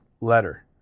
letter